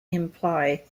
imply